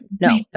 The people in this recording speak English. no